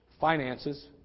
finances